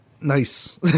Nice